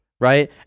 right